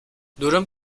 durum